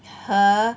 和